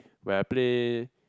where I play